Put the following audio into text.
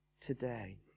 today